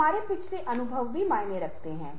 हमारे पिछले अनुभव भी मायने रखते हैं